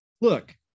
look